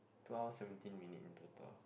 two hours seventeen minute in total